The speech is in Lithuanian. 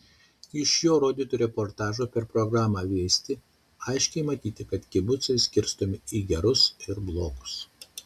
iš jo rodytų reportažų per programą vesti aiškiai matyti kad kibucai skirstomi į gerus ir blogus